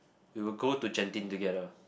we would go to Genting together